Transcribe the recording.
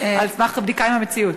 על סמך בדיקה עם המציאות.